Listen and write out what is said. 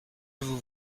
vous